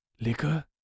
liquor